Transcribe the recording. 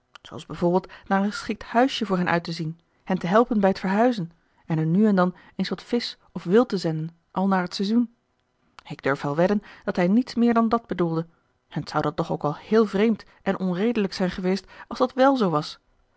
zooals bijvoorbeeld naar een geschikt huisje voor hen uit te zien hen te helpen bij t verhuizen en hun nu en dan eens wat visch of wild te zenden al naar t seizoen ik durf wel wedden dat hij niets meer dan dat bedoelde en t zou dan toch ook al héél vreemd en onredelijk zijn geweest als dat wèl zoo was